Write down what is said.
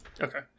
Okay